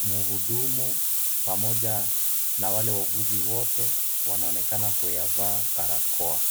muhudumu pamoja na wale wauguzi wote wanaonekana kuyavaa barakoa.